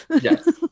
yes